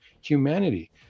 humanity